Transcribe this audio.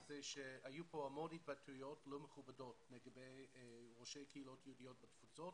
היו כאן הרבה התבטאויות לא מכובדות לגבי ראשי קהילות יהודיות בתפוצות.